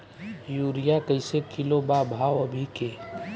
Urea कइसे kilo बा भाव अभी के?